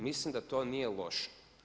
Mislim da to nije loše.